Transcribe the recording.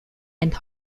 and